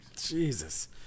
Jesus